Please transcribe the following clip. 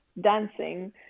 dancing